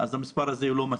המספר הזה לא מספיק.